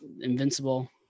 Invincible